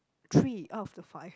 three out of the five